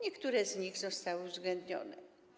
Niektóre z nich zostały uwzględnione.